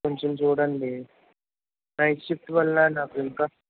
కొంచెం చూడండి night shift వల్ల నాకు ఇంకా